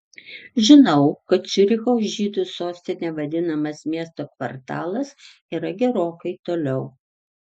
žinau kad ciuricho žydų sostine vadinamas miesto kvartalas yra gerokai toliau